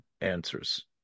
answers